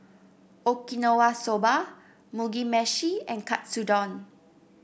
Okinawa Soba Mugi Meshi and Katsudon